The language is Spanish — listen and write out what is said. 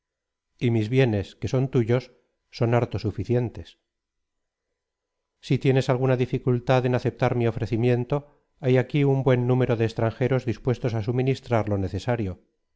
y mis bienes que son tuyos son harto suficientes si tienes alguna dificultad en aceptar mi ofrecimiento hay aquí un buen número de extranjeros dispuestos á suministrar lo necesario